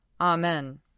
Amen